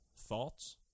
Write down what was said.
Thoughts